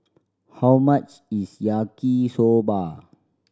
how much is Yaki Soba